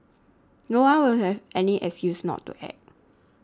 no one will have any excuse not to act